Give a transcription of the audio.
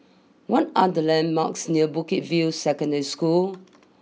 what are the landmarks near Bukit view Secondary School